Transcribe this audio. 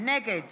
נגד